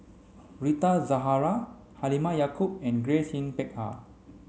Rita Zahara Halimah Yacob and Grace Yin Peck Ha